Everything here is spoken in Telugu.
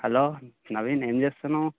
హలో నవీన్ ఏమి చేస్తున్నావు